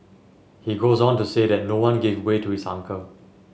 he goes on to say that no one gave way to his uncle